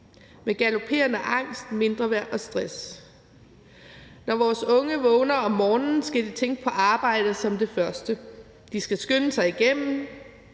med galopperende angst, mindreværd og stress. Når vores unge vågner om morgenen, skal de tænke på arbejde som det første. De skal skynde sig igennem,